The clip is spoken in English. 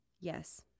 Yes